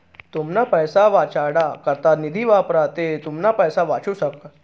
तुमना पैसा वाचाडा करता निधी वापरा ते तुमना पैसा वाचू शकस